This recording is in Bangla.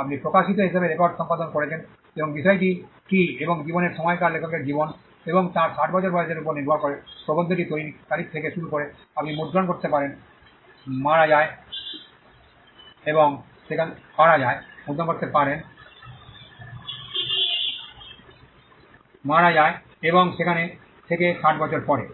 আপনি প্রকাশিত হিসাবে রেকর্ড সম্পাদন করেছেন এবং বিষয়টি কী এবং জীবনের সময়কাল লেখকের জীবন এবং তার 60 বছর বয়সের উপর নির্ভর করে প্রবন্ধটি তৈরির তারিখ থেকে শুরু করে আপনি মুদ্রণ করতে পারেন মারা যায় এবং সেখান থেকে 60 বছর পরে